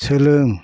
सोलों